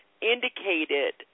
indicated